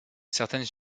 certaines